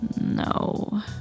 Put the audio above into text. No